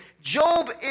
Job